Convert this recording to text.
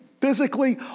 physically